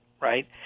right